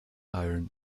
iron